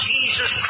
Jesus